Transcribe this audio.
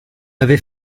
avait